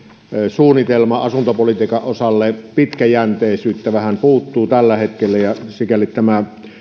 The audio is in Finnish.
suunnitelman asuntopolitiikan osalle pitkäjänteisyyttä vähän puuttuu tällä hetkellä ja sikäli tämä